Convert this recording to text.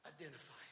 Identify